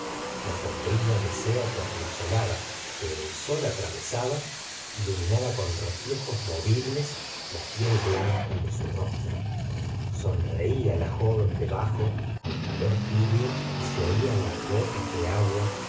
la sombrilla de seda tornasolada que el sol atravesaba iluminaba con reflejos movibles la piel blanca de su rostro sonreía la joven debajo al calor tibio y se oían las gotas de agua